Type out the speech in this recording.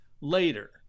later